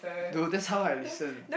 dude that's how I listen